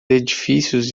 edifícios